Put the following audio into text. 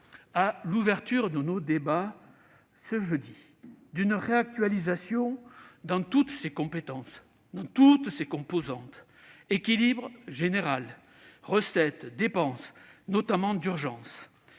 à l'ouverture de nos débats ce jeudi, d'une réactualisation dans toutes ses composantes- équilibre général, recettes, dépenses, notamment d'urgence